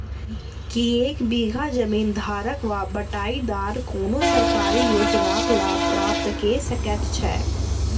की एक बीघा जमीन धारक वा बटाईदार कोनों सरकारी योजनाक लाभ प्राप्त कऽ सकैत छैक?